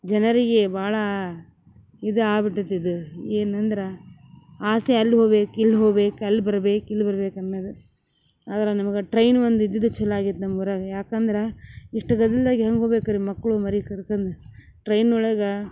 ಜನರಿಗೆ ಭಾಳಾ ಇದು ಆಗ್ಬಿಟತ್ತು ಇದು ಏನಂದ್ರ ಆಸೆ ಅಲ್ಲಿ ಹೋಬೇಕು ಇಲ್ಲಿ ಹೋಬೇಕು ಅಲ್ಲಿ ಬರ್ಬೇಕು ಇಲ್ಲಿ ಬರ್ಬೇಕು ಅನ್ನದು ಆದ್ರಾ ನಮ್ಗೆ ಟ್ರೈನ್ ಒಂದು ಇದ್ದಿದ್ದು ಛಲೋ ಆಗ್ಯೈತ ನಮ್ಮೂರಾಗೆ ಯಾಕಂದ್ರ ಇಷ್ಟುದೆಲ್ಲಾ ಈಗ ಹೆಂಗ ಹೋಗ್ಬೇಕ್ರಿ ಮಕ್ಕಳು ಮರಿ ಕರ್ಕಂಡ್ ಟ್ರೈನ್ ಒಳಗ